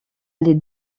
les